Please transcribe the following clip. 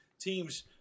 teams